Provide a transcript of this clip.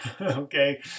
okay